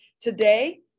Today